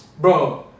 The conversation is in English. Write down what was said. Bro